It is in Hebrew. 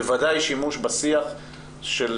בוודאי שימוש בשיח של